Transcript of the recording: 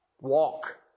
Walk